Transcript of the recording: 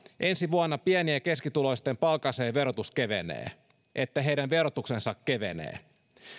ensi vuonna pieni ja keskituloisten palkansaajien verotus kevenee että heidän verotuksensa kevenee